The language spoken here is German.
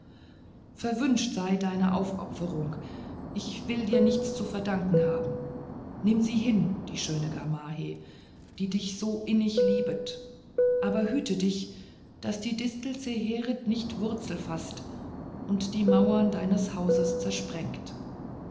verwünscht sei deine aufopferung ich will dir nichts zu verdanken haben nimm sie hin die schöne gamaheh die dich so innig liebt aber hüte dich daß die distel zeherit nicht wurzel faßt und die mauern deines hauses zersprengt